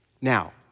Now